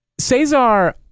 Cesar